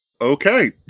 Okay